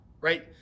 right